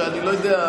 אני לא יודע,